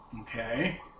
Okay